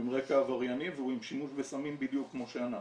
עם רקע עברייני והוא עם שימוש בסמים בדיוק כמו שאנחנו.